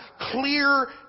clear